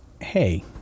hey